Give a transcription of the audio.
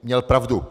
Měl pravdu.